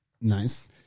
Nice